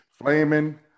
flaming